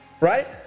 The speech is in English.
Right